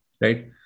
right